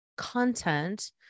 content